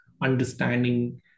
understanding